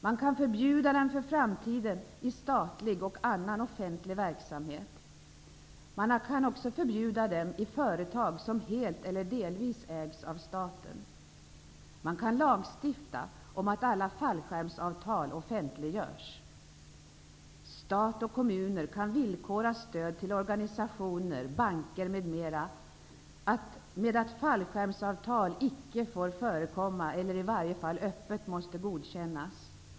Man kan förbjuda dem för framtiden i statlig och annan offentlig verksamhet. Man kan också förbjuda dem i företag som helt eller delvis ägs av staten. Man kan lagstifta om att alla fallskärmsavtal offentliggörs. Stat och kommuner kan villkora stöd till organisationer, banker m.fl. med att fallskärmsavtal icke får förekomma eller i varje fall öppet måste godkännas.